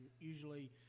usually